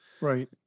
Right